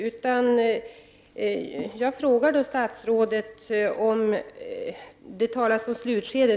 Det talas om att granskningsarbetet nu är i slutskede.